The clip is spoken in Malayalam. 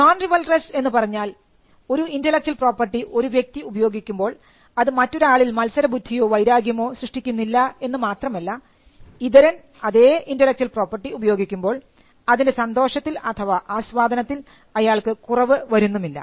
നോൺ റിവൽറസ്സ് എന്നുപറഞ്ഞാൽ ഒരു ഇന്റെലക്ച്വൽ പ്രോപ്പർട്ടി ഒരു വ്യക്തി ഉപയോഗിക്കുമ്പോൾ അത് മറ്റൊരാളിൽ മത്സരബുദ്ധിയോ വൈരാഗ്യമോ സൃഷ്ടിക്കുകയില്ല എന്ന് മാത്രമല്ല ഇതരൻ അതേ ഇന്റെലക്ച്വൽ പ്രോപ്പർട്ടി ഉപയോഗിക്കുമ്പോൾ അതിൻറെ സന്തോഷത്തിൽ അഥവാ ആസ്വാദനത്തിൽ അയാൾക്ക് കുറവ് വരുന്നുമില്ല